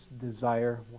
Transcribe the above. desire